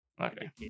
okay